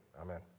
amen